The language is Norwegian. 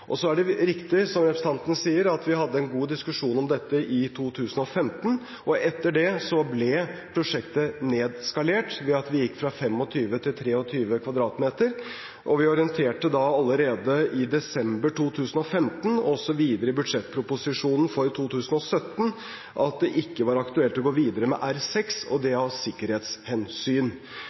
Så er det riktig som representanten sier, at vi hadde en god diskusjon om dette i 2015, og etter det ble prosjektet nedskalert ved at vi gikk fra 25 m 2 til 23 m2. Vi orienterte allerede i desember 2015, og så videre i budsjettproposisjonen for 2017, om at det ikke var aktuelt å gå videre med R6 – og det av sikkerhetshensyn.